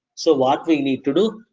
so what we need to do,